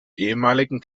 ehemaligen